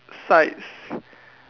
sights